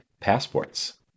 passports